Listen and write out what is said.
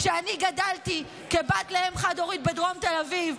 כשאני גדלתי כבת לאם חד-הורית בדרום תל אביב,